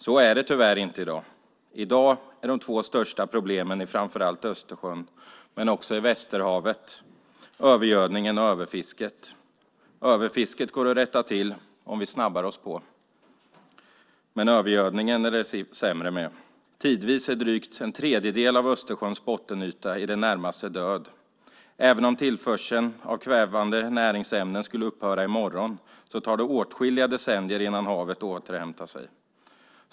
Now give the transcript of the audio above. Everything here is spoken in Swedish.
Så är det tyvärr inte i dag. I dag är de två största problemen i Östersjön, men också i Västerhavet, övergödningen och överfisket. Överfisket går att rätta till om vi snabbar oss på, men övergödningen är det sämre med. Tidvis är drygt en tredjedel av Östersjöns bottenyta i det närmaste död. Även om tillförseln av kvävande näringsämnen skulle upphöra i morgon tar det åtskilliga decennier innan havet återhämtar sig.